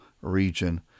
region